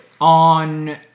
on